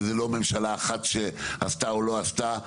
וזה לא ממשלה אחת שעשתה או לא עשתה.